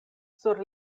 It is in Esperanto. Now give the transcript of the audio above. sur